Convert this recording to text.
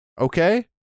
Okay